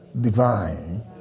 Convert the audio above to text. divine